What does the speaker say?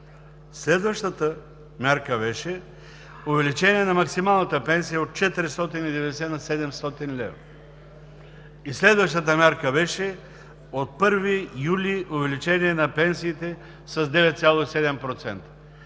Следващата мярка беше увеличение на максималната пенсия от 490 на 700 лв. И следващата мярка беше от 1 юли увеличение на пенсиите с 9,7%.